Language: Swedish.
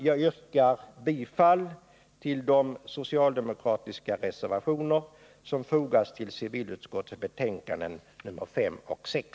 Jag yrkar bifall till de socialdemokratiska reservationerna som fogats till civilutskottets betänkanden nr 5 och 6.